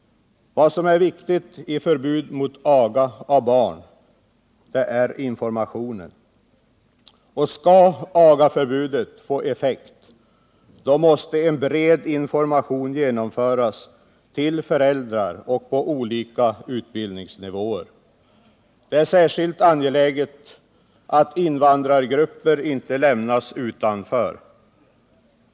Vad som är viktigt när det gäller förbud mot aga av barn är informationen. Skall agaförbudet få effekt måste en bred information genomföras till föräldrar på olika utbildningsnivåer. Det är särskilt angeläget att invandrargrupper inte lämnas utanför.